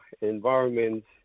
environments